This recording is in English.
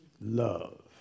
Love